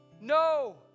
No